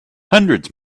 hundreds